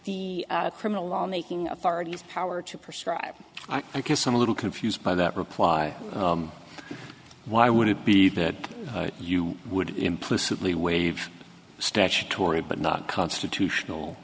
the criminal law making authorities power to prescribe i guess i'm a little confused by that reply why would it be that you would implicitly waive statutory but not constitutional